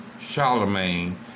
Charlemagne